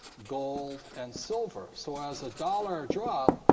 gold and silver, so as a dollar a drop,